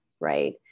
right